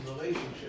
relationship